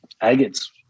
agates